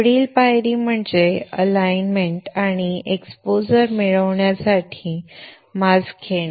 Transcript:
पुढील पायरी म्हणजे अलाइनमेट आणि एक्सपोजर करण्यासाठी मास्क घेणे